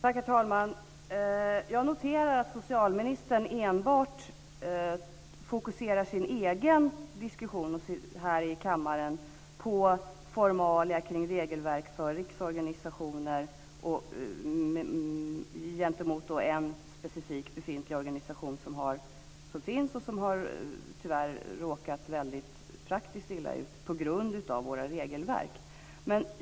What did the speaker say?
Herr talman! Jag noterar att socialministern fokuserar sin egen diskussion här i kammaren enbart på formalia kring regelverk för riksorganisationer och tillämpningen gentemot en befintlig specifik organisation som tyvärr har råkat väldigt illa ut i praktiken på grund av våra regelverk.